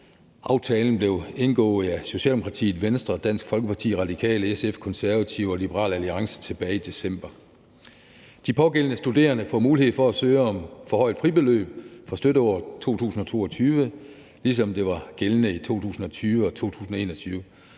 Aftalen blev indgået af Socialdemokratiet, Venstre, Dansk Folkeparti, Radikale, SF, Konservative og Liberal Alliance tilbage i december. De pågældende studerende får mulighed for at søge om forhøjet fribeløb for støtteåret 2022, ligesom det var gældende i 2020 og 2021,